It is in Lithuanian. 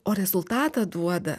o rezultatą duoda